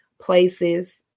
places